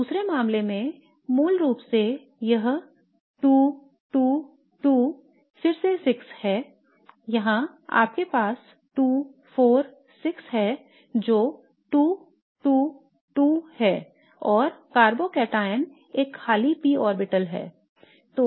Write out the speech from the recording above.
दूसरे मामले में मूल रूप से यह 2 2 2 फिर से 6 है यहाँ आपके पास 2 4 6 है जो 2 2 2 है और कार्बोकैटायन एक खाली p ऑर्बिटल है